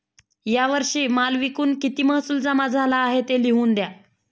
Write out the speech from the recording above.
या वर्षी माल विकून किती महसूल जमा झाला आहे, ते लिहून द्या